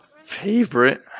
favorite